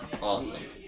awesome